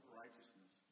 righteousness